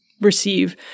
receive